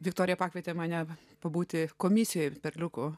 viktorija pakvietė mane pabūti komisijoje perliuku